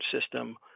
system